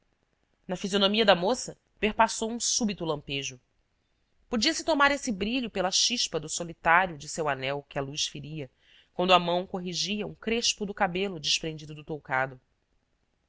na fisionomia da moça perpassou um súbito lampejo podia-se tomar esse brilho pela chispa do solitário de seu anel que a luz feria quando a mão corrigia um crespo do cabelo desprendido do toucado